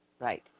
Right